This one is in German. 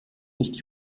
nicht